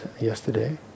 yesterday